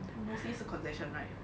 mostly 是 concession right